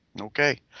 okay